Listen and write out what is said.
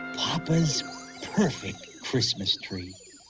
papa's perfect christmas tree!